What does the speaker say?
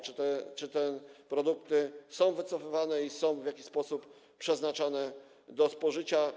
Czy te produkty są wycofywane i w jakiś sposób przeznaczane do spożycia?